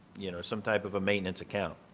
you know, some type of a maintenance account.